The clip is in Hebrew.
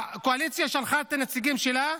הקואליציה שלחה את הנציגים שלה,